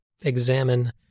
examine